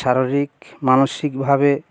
শারীরিক মানসিকভাবে